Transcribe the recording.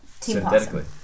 synthetically